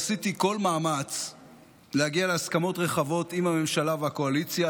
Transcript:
עשיתי כל מאמץ להגיע להסכמות רחבות עם הממשלה והקואליציה.